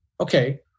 okay